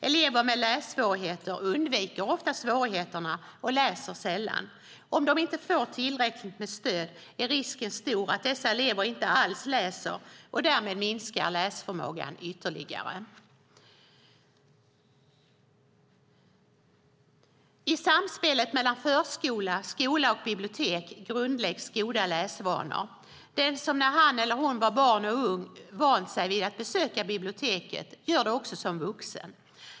Elever med lässvårigheter undviker ofta svårigheterna och läser sällan. Om de inte får tillräckligt med stöd är risken stor att dessa elever inte läser alls, och därmed minskar sin läsförmåga ytterligare. I samspelet mellan förskola, skola och bibliotek grundläggs goda läsvanor. Den som när han eller hon var barn och ung vant sig vid att besöka biblioteket gör det också som vuxen.